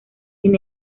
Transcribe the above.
sin